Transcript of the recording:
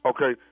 Okay